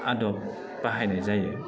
आदब बाहायनाय जायो